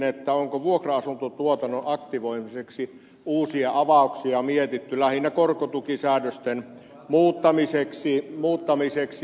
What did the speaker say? kysynkin onko vuokra asuntotuotannon aktivoimiseksi uusia avauksia mietitty lähinnä korkotukisäädösten muuttamiseksi